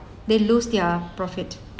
they lose their profit